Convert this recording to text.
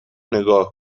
نگاه